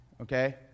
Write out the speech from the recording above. Okay